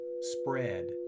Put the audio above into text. spread